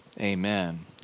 Amen